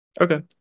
Okay